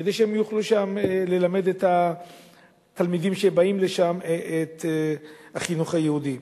כדי שהם יוכלו שם ללמד את התלמידים שבאים לקבל שם את החינוך היהודי.